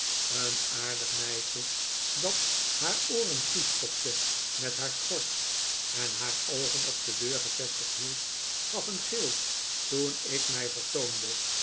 een aardig meisje dat haar ooren toestopte met haar schort en haar oogen op de deur gevestigd hield gaf een gil toen ik mij vertoonde